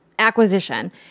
acquisition